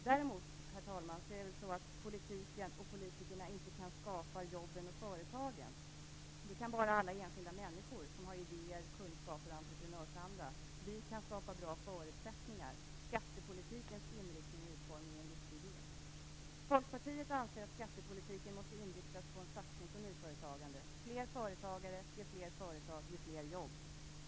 Däremot kan inte politiken och politikerna skapa jobben och företagen. Det kan bara alla enskilda människor som har idéer, kunskaper och entreprenörsanda göra. Vi kan skapa bra förutsättningar. Skattepolitikens inriktning och utformning är en viktig del. Folkpartiet anser att skattepolitiken måste inriktas på en satsning på nyföretagande. Fler företagare ger fler företag som ger fler jobb.